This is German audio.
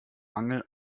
mangel